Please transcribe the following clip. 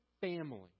family